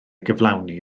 gyflawni